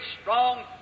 strong